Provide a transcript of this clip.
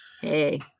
Hey